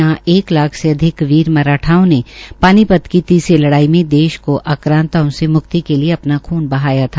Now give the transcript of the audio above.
यहां महाराष्ट्र के एक लाख से अधिक वीर मराठाओं ने पानीपत की तीसरी लड़ाई में देश को आक्रांताओं से मुक्ति के लिए अपना खून बहाया था